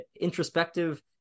introspective